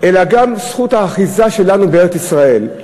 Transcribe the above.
אלא גם זכות האחיזה שלנו בארץ-ישראל,